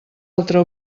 altra